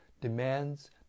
demands